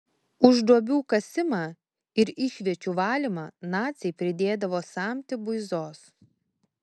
už duobių kasimą ir išviečių valymą naciai pridėdavo samtį buizos